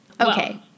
Okay